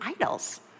idols